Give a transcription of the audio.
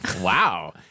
Wow